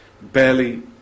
barely